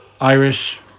Irish